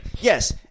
Yes